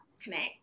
connect